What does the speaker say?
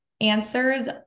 answers